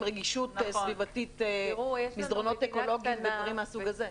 רגישות סביבתית עם מסדרונות אקולוגיים ודברים מהסוג הזה.